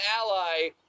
ally